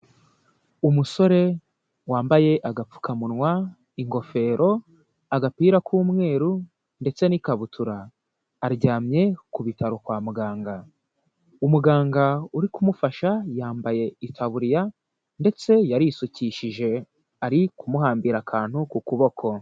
Umusore wambaye agapfukamunwa, ingofero, agapira k'umweru ndetse n'ikabutura, aryamye ku bitaro kwa muganga. Umuganga uri kumufasha yambaye itaburiya ndetse yarisukishije, ari kumuhambira akantu ku kuboko.